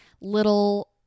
little